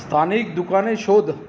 स्थानिक दुकाने शोध